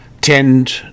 tend